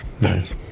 Nice